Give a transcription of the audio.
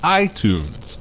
iTunes